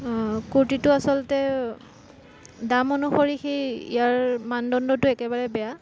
কুৰ্তীটো আচলতে দাম অনুসৰি সেই ইয়াৰ মানদণ্ডটো একেবাৰে বেয়া